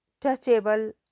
touchable